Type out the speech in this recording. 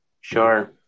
sure